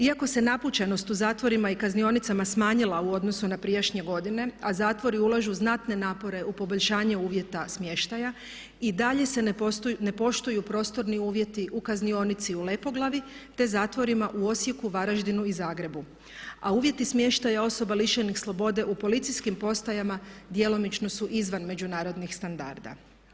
Iako se napučenost u zatvorima i kaznionicama smanjila u odnosu na prijašnje godine, a zatvori ulažu znatne napore u poboljšanje uvjeta smještaja i dalje se ne poštuju prostorni uvjeti u kaznionici u Lepoglavi, te zatvorima u Osijeku, Varaždinu i Zagrebu, a uvjeti smještaja osoba lišenih slobode u policijskim postajama djelomično su izvan međunarodnih standarda.